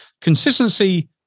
consistency